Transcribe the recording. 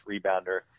rebounder